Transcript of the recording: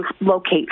locate